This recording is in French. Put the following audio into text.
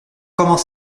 comment